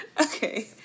Okay